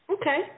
Okay